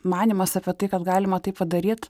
manymas apie tai kad galima tai padaryt